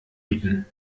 bieten